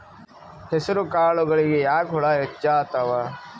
ಹೆಸರ ಕಾಳುಗಳಿಗಿ ಯಾಕ ಹುಳ ಹೆಚ್ಚಾತವ?